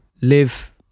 live